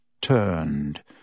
turned